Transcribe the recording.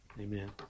Amen